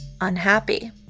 unhappy